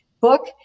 book